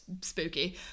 spooky